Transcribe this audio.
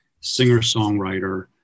singer-songwriter